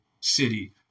city